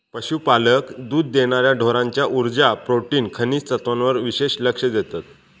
पशुपालक दुध देणार्या ढोरांच्या उर्जा, प्रोटीन, खनिज तत्त्वांवर विशेष लक्ष देतत